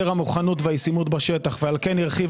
המוכנות והישימות בשטח ועל כן הרחיב